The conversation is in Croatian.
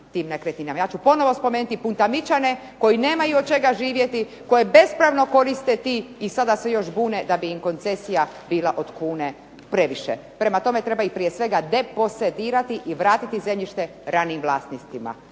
Ja ću ponovno spomenuti Puntamičane koji nemaju od čega živjeti, koje bespravno koriste ti i sada se još bune da bi im koncesija bila od kune previše. Prema tome, treba ih prije svega deposedirati i vratiti zemljište ranijim vlasnicima,